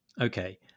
Okay